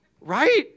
right